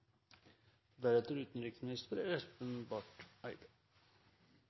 at utenriksminister Barth Eide